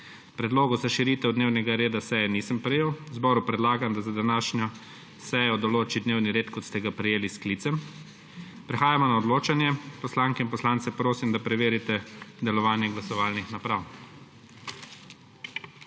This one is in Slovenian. Predlogov za širitev dnevnega reda seje nisem prejel. Zboru predlagam, da za današnjo sejo določi dnevni red, kot ste ga prejeli s sklicem. Prehajamo na odločanje. Poslanke in poslance prosim, da preverijo delovanje glasovalnih naprav.